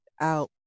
out